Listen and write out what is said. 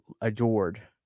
adored